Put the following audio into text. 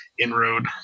inroad